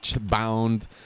bound